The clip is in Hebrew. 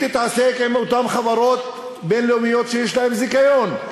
היא תתעסק עם אותן חברות בין-לאומיות שיש להן זיכיון.